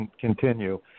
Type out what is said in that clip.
continue